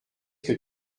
que